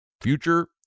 Future